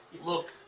look